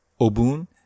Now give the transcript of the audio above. Obun